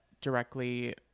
directly